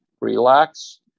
relax